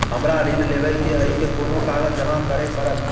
हमरा ऋण लेबै केँ अई केँ कुन कागज जमा करे पड़तै?